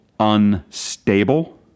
unstable